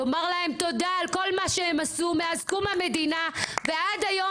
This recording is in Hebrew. לומר להם תודה על כל מה שהם עשו מאז קום המדינה ועד היום,